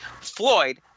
Floyd